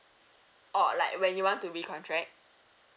oh like when you want to recontract